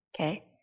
Okay